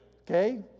okay